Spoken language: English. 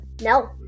no